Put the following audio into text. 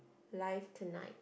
life tonight